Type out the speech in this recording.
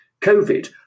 COVID